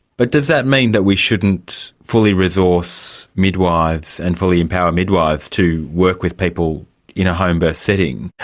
but does that mean that we shouldn't fully resource midwives and fully empower midwives to work with people in a homebirth setting?